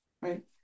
right